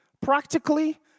Practically